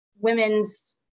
women's